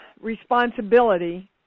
responsibility